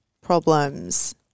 problems